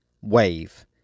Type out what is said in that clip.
Wave